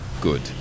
Good